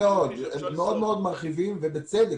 מאוד מרחיבים, ובצדק.